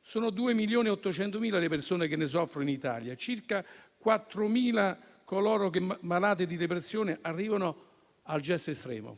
Sono 2,8 milioni le persone che ne soffrono in Italia, circa 4.000 coloro che, malate di depressione, arrivano al gesto estremo.